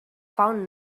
found